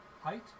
height